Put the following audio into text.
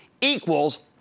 equals